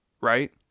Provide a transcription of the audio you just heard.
right